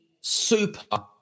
super